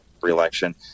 re-election